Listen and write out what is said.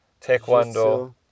taekwondo